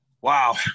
wow